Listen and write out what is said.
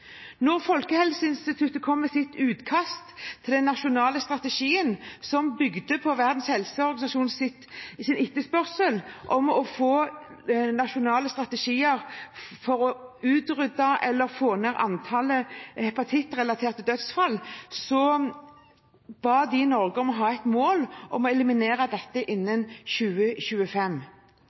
Folkehelseinstituttet kom i sitt utkast til den nasjonale strategien, som bygde på Verdens helseorganisasjons etterspørsel etter å få nasjonale strategier for å utrydde eller få ned antallet hepatittrelaterte dødsfall, med et mål om at Norge skal eliminere dette innen 2025.